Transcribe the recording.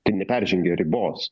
tai neperžengia ribos